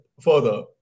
further